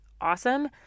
awesome